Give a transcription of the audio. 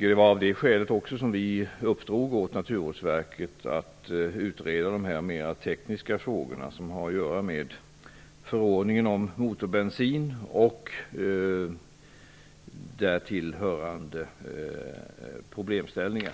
Det var också av det skälet som vi uppdrog åt Naturvårdsverket att utreda de mer tekniska frågorna som har att göra med förordningen om motorbensin och därtill hörande problemställningar.